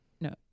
no